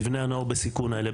בבני הנוער בסיכון האלה,